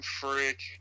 freak